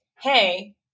hey